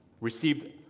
received